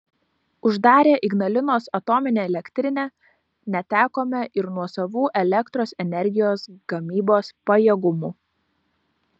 uždarę ignalinos atominę elektrinę netekome ir nuosavų elektros energijos gamybos pajėgumų